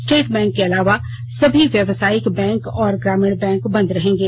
state bank के अलावा सभी व्यावसायिक बैंक और ग्रामीण बैंक बंद रहेंगे